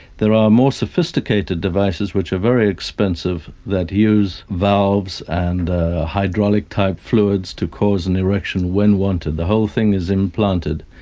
there are more sophisticated devices which are very expensive that use valves and hydraulic type fluids to cause an erection when wanted. the whole thing is implanted.